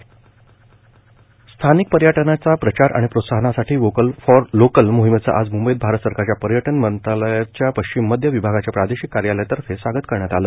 vocal for local स्थानिक पर्यटनाच्या प्रचार आणि प्रोत्साहनासाठी वोकल फॉर लोकल मोहिमेचं आज म्ंबईत भारत सरकारच्या पर्यटन मंत्रालयाच्या पश्चिम मध्य विभागाच्या प्रादेशिक कार्यालयातर्फे स्वागत करण्यात आलं